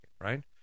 right